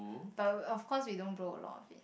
but of course we don't blow a lot of it